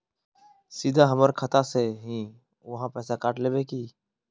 सीधा हमर खाता से ही आहाँ पैसा काट लेबे की?